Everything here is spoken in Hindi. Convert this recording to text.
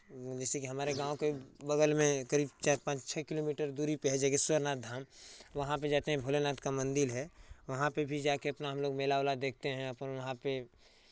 उनमें जैसेकि हमारे गाँव के बगल में करीब चार पांच छः किलोमीटर दूरी पे है जागेश्वर नाथ धाम वहाँ पे जाते हैं भोला नाथ का मन्दिर है वहाँ पे भी जा के अपना हम लोग मेला उला देखते हैं अपन वहाँ पे